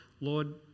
Lord